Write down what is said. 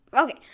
okay